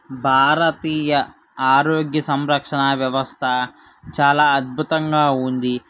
భారతీయ ఆరోగ్య సంరక్షణ వ్యవస్థ చాలా అద్భుతంగా ఉంది